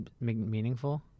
meaningful